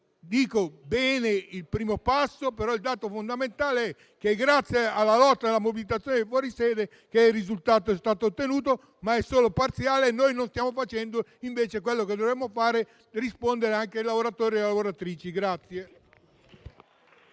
Va bene il primo passo, ma il dato fondamentale è che grazie alla lotta e alla mobilitazione fuori sede il risultato è stato ottenuto, anche se solo parzialmente, e noi non stiamo facendo invece quello che dovremmo fare, ossia rispondere anche ai lavoratori e alle lavoratrici.